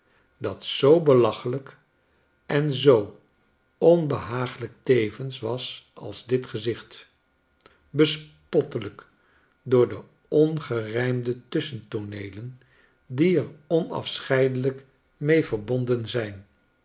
dat zoo belachelijk en zoo onbehaaglijk tevens was als dit gezicht bespottelijk door de ongerijmde tusschentooneelen die er onafscheidelijk mee verbonden zijn